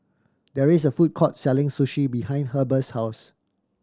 there is a food court selling Sushi behind Heber's house